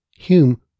Hume